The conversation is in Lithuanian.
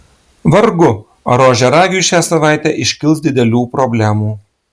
vargu ar ožiaragiui šią savaitę iškils didelių problemų